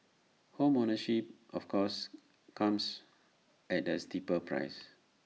home ownership of course comes at A steeper price